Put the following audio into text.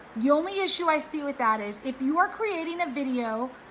you only issue i see with that is if you are creating a video,